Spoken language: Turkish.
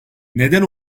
neden